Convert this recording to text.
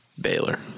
Baylor